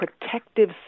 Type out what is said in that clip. protective